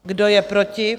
Kdo je proti?